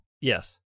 Yes